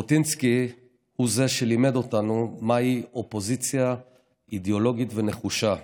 ז'בוטינסקי הוא זה שלימד אותנו מהי אופוזיציה אידיאולוגית ונחושה,